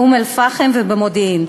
באום-אלפחם ובמודיעין.